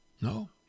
no